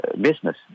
business